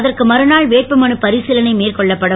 அதற்கு மறுநாள் வேட்புமனு பரிசேலனை மேற்கொள்ளப்படும்